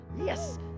Yes